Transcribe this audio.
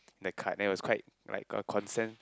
that card that was quite like a consent